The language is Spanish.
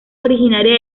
originaria